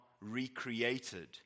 recreated